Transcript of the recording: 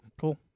cool